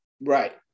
Right